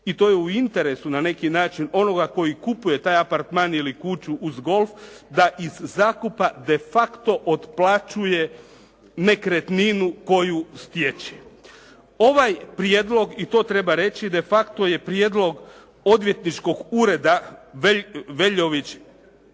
i to je u interesu na neki način onoga tko kupuje taj apartman ili kuću uz golf da iz zakupa de facto otplaćuje nekretninu koju stječe. Ovaj prijedlog i to treba reći je prijedlog odvjetničkog ureda